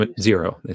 zero